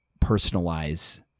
personalize